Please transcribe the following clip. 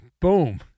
Boom